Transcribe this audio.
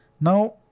Now